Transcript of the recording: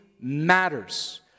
matters